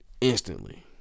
instantly